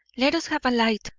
let us have a light!